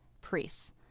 priests